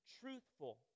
truthful